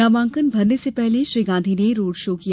नामांकन भरने से पहले श्री गांधी ने रोड शो किया